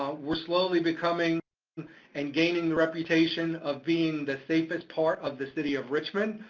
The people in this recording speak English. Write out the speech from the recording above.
ah we're slowly becoming and gaining the reputation of being the safest part of the city of richmond,